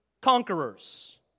conquerors